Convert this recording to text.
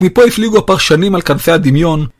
מפה הפליגו הפרשנים על כנפי הדמיון.